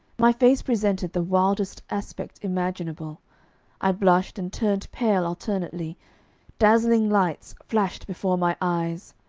my face presented the wildest aspect imaginable i blushed and turned pale alternately dazzling lights flashed before my eyes.